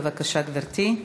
בבקשה, גברתי.